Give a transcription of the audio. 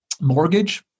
mortgage